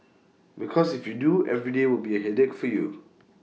because if you do every day will be A headache for you